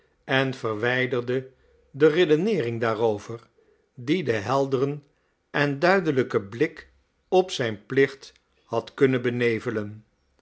en verwijderde de redeneering daarover die den helderen en duidelijken blik op zijn plicht had kunnen benevelen